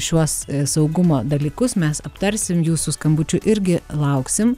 šiuos saugumo dalykus mes aptarsim jūsų skambučių irgi lauksim